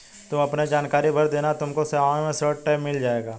तुम अपने जानकारी भर देना तुमको सेवाओं में ऋण टैब मिल जाएगा